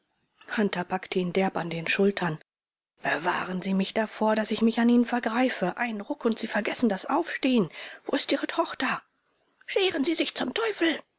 hunter packte ihn derb an den schultern bewahren sie mich davor daß ich mich an ihnen vergreife ein ruck und sie vergessen das aufstehen wo ist ihre tochter scheren sie sich zum teufel